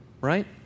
right